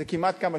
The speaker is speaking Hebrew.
זה כמעט כמה?